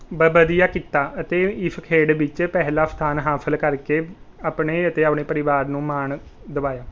ਬ ਵਧੀਆ ਕੀਤਾ ਅਤੇ ਇਸ ਖੇਡ ਵਿੱਚ ਪਹਿਲਾ ਸਥਾਨ ਹਾਸਲ ਕਰਕੇ ਆਪਣੇ ਅਤੇ ਆਪਣੇ ਪਰਿਵਾਰ ਨੂੰ ਮਾਣ ਦਵਾਇਆ